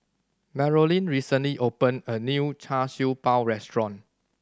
Marolyn recently opened a new Char Siew Bao restaurant